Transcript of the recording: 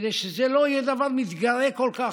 כדי שזה לא יהיה דבר מתגרה כל כך.